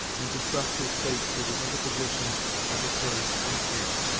and to trust his fate to the interposition of the currents and air.